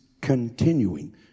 continuing